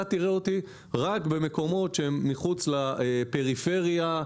אתה תראה אותי רק במקומות שהם מחוץ לגוש דן,